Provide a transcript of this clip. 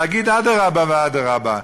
להגיד: אדרבה ואדרבה,